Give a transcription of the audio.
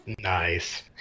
Nice